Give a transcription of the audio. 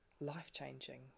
life-changing